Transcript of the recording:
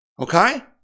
Okay